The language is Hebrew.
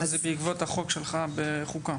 אגב, זה בעקבות החוק שלך בחוקה.